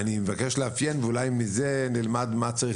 אני מבקש לאפיין ואולי מזה נלמד מה צריך